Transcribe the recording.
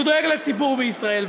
שהוא דואג לציבור בישראל.